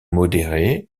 modérés